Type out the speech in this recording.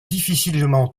difficilement